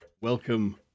Welcome